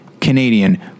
Canadian